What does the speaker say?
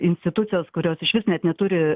institucijos kurios išvis net neturi